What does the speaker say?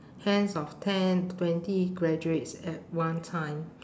hands of ten twenty graduates at one time